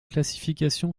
classification